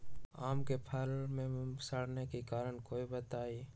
आम क फल म सरने कि कारण हई बताई?